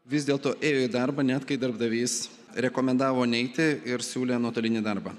vis dėlto ėjo į darbą net kai darbdavys rekomendavo neiti ir siūlė nuotolinį darbą